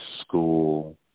school